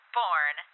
born